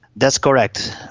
that's correct.